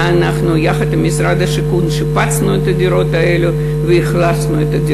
ויחד עם משרד השיכון שיפצנו את הדירות האלה ואכלסנו אותן.